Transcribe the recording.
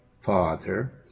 Father